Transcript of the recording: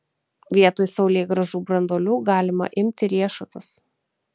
vietoj saulėgrąžų branduolių galima imti riešutus